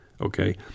okay